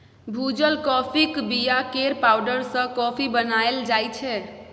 भुजल काँफीक बीया केर पाउडर सँ कॉफी बनाएल जाइ छै